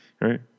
Right